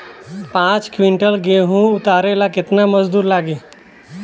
पांच किविंटल गेहूं उतारे ला केतना मजदूर लागी?